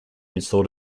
installed